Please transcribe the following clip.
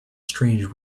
strange